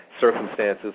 circumstances